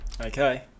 okay